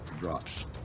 drops